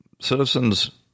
citizens